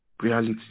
reality